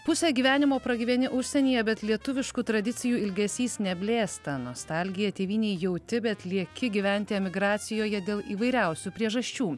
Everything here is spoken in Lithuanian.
pusę gyvenimo pragyveni užsienyje bet lietuviškų tradicijų ilgesys neblėsta nostalgiją tėvynei jauti bet lieki gyventi emigracijoje dėl įvairiausių priežasčių